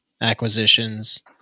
acquisitions